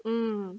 mm